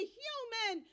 human